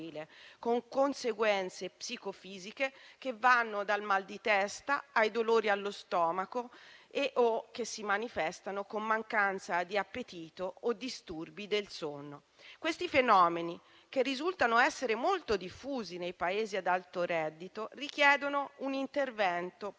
con conseguenze psicofisiche che vanno dal mal di testa ai dolori allo stomaco e che si manifestano con mancanza di appetito o disturbi del sonno. Questi fenomeni, che risultano essere molto diffusi nei Paesi ad alto reddito, richiedono un intervento politico